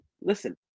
listen